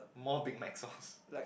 more Big Mac sauce